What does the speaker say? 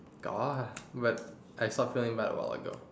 got but I stop giving about a while ago